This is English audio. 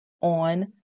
on